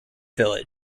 villa